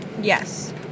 Yes